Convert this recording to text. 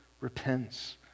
repents